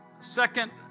Second